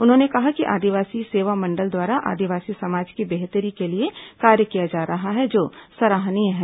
उन्होंने कहा कि आदिवासी सेवा मंडल द्वारा आदिवासी समाज की बेहतरी के लिए कार्य किया जा रहा है जो सराहनीय है